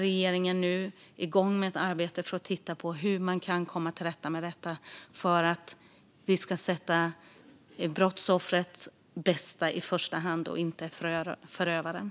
Regeringen är igång med ett arbete för att titta på hur man kan komma till rätta med detta för att vi ska sätta brottsoffrets bästa i första rummet, inte förövarens.